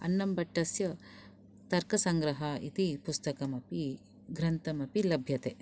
अन्नम्भट्टस्य तर्कसंग्रहः इति पुस्तकमपि ग्रन्थमपि लभ्यते